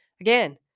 Again